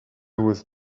with